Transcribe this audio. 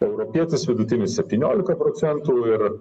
europietas vidutinis septyniolika procentų ir